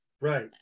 Right